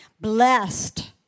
Blessed